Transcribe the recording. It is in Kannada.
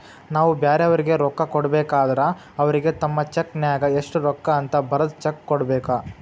ನಾವು ಬ್ಯಾರೆಯವರಿಗೆ ರೊಕ್ಕ ಕೊಡಬೇಕಾದ್ರ ಅವರಿಗೆ ನಮ್ಮ ಚೆಕ್ ನ್ಯಾಗ ಎಷ್ಟು ರೂಕ್ಕ ಅಂತ ಬರದ್ ಚೆಕ ಕೊಡಬೇಕ